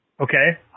okay